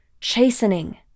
Chastening